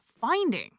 finding